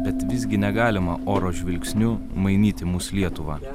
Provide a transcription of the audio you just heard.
bet visgi negalima oro žvilgsniu mainyti mūsų lietuvą